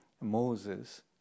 Moses